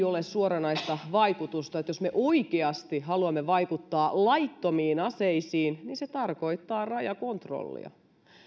ole suoranaista vaikutusta eli jos me oikeasti haluamme vaikuttaa laittomiin aseisiin niin se tarkoittaa rajakontrollia